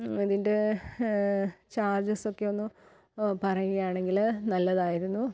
അതിൻ്റെ ചാര്ജസൊക്കെ ഒന്ന് പറയുകയാണെങ്കില് നല്ലതായിരുന്നു